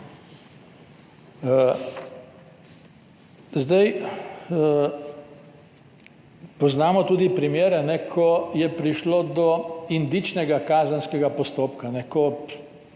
Poznamo tudi primere, ko je prišlo do indičnega kazenskega postopka,